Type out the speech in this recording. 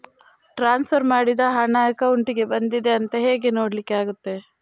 Transfer ಮಾಡಿದ ಹಣ ಅಕೌಂಟಿಗೆ ಬಂದಿದೆ ಅಂತ ಹೇಗೆ ನೋಡ್ಲಿಕ್ಕೆ ಆಗ್ತದೆ?